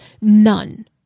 None